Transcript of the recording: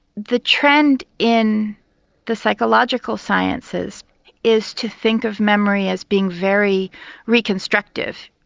the trend in the psychological sciences is to think of memory as being very reconstructive,